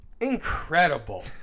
Incredible